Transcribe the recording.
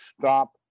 stop